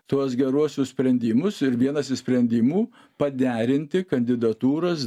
tuos geruosius sprendimus ir vienas iš sprendimų paderinti kandidatūras